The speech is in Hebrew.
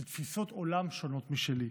של תפיסות עולם שונות משלי,